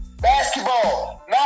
basketball